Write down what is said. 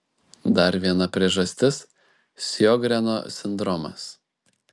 dar viena priežastis sjogreno sindromas